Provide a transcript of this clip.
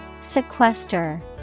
Sequester